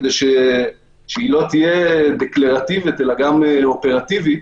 כדי שהיא לא תהיה דקלרטיבית אלא גם אופרטיבית,